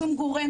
שום גורם,